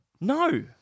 No